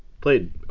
Played